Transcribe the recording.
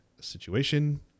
situation